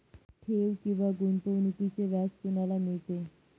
ठेव किंवा गुंतवणूकीचे व्याज कोणाला मिळते?